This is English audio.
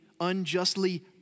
unjustly